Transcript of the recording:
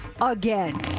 again